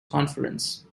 conference